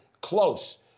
close